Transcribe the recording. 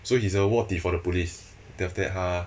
so he's a 卧底 for the police then that 他